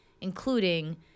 including